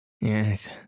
Yes